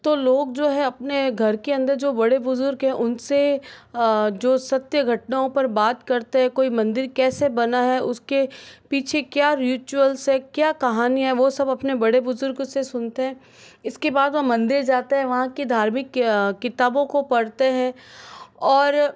तो लोग जो है अपने घर के अंदर जो बड़े बुजुर्ग हैं उनसे जो सत्य घटनाओं पर बात करते हैं कोई मंदिर कैसे बना है उसके पीछे क्या रिचुअल्स से क्या कहानियाँ है वो सब अपने बड़े बुज़ुर्ग से सुनते हैं इसके बाद वो मंदिर जाते हैं वहाँ की धार्मिक किताबों को पढ़ते हैं और